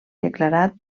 declarat